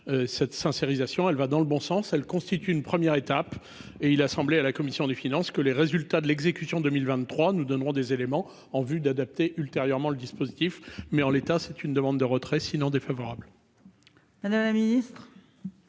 crédits sincérisation, elle va dans le bon sens, elle constitue une première étape et il a semblé à la commission des finances que les résultats de l'exécution 2023, nous donnerons des éléments en vue d'adapter ultérieurement le dispositif, mais en l'état, c'est une demande de retrait sinon défavorable. Madame la Ministre.